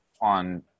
on